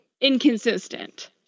inconsistent